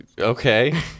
Okay